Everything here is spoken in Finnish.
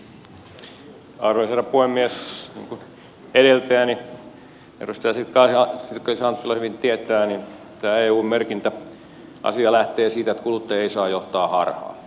niin kuin edeltäjäni edustaja sirkka liisa anttila hyvin tietää tämä eu merkintäasia lähtee siitä että kuluttajia ei saa johtaa harhaan